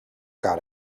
got